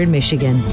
Michigan